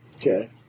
Okay